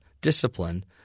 discipline